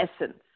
essence